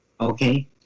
Okay